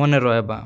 ମନେ ରହେବା